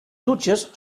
dutxes